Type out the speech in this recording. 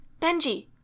Benji